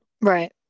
Right